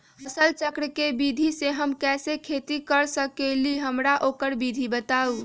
फसल चक्र के विधि से हम कैसे खेती कर सकलि ह हमरा ओकर विधि बताउ?